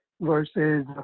versus